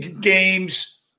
Games –